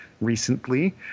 recently